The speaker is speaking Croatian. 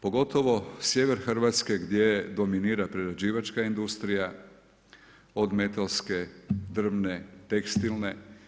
Pogotovo sjever Hrvatske gdje dominira prerađivačka industrija, od metalske, drvne, tekstilne.